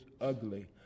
ugly